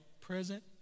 Present